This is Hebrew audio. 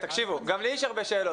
תקשיבו, גם לי יש הרבה שאלות.